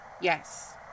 Yes